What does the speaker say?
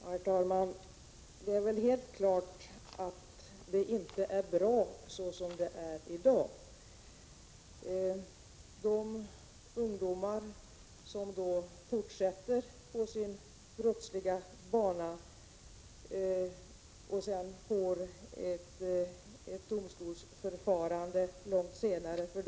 Herr talman! Det är väl helt klart att det inte är bra så som det är i dag. Det är inte bra för de ungdomar som fortsätter på sin brottsliga bana och långt senare ställs inför ett domstolsförfarande.